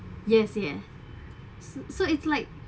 yes yeah s~ so it's like